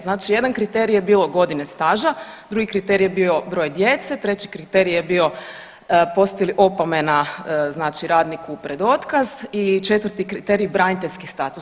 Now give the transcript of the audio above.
Znači jedan kriterij je bio godine staža, drugi kriterij je bio broj djece, treći kriterij je bio postoji li opomena znači radniku pred otkaz i četvrti kriterij braniteljski status.